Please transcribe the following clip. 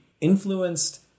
influenced